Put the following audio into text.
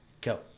go